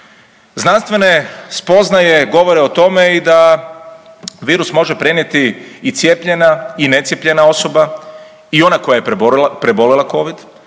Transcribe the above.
Znanstvene spoznaje govore o tome i da virus može prenijeti i cijepljena i necijepljena osoba i ona koja je preboljela covid.